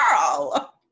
girl